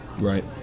Right